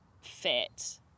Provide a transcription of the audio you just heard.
fit